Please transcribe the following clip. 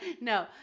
No